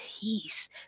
peace